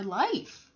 life